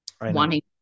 wanting